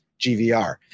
GVR